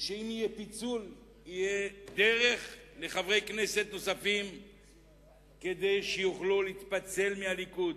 שאם יהיה פיצול תהיה דרך לחברי כנסת נוספים כדי שיוכלו להתפצל מהליכוד.